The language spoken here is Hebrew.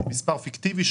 זה מספר פיקטיבי,